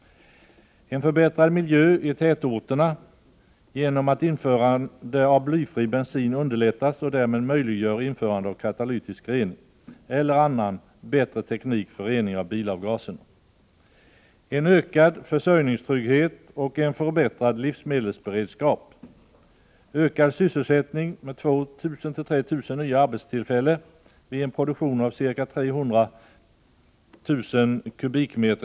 En förbättrad miljö i tätorterna genom att införande av blyfri bensin underlättas och därmed möjliggör införande av katalytisk rening eller annan bättre teknik för rening av bilavgaserna, en ökad försörjningstrygghet och en förbättrad livsmedelsberedskap, ökad sysselsättning med 2 000-3 000 nya arbetstillfällen vid en produktion av ca 300 000 m?